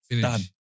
done